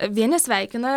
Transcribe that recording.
vieni sveikina